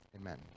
Amen